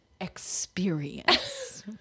experience